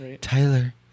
Tyler